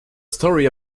story